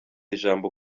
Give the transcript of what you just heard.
ijambo